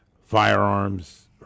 firearms